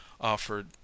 offered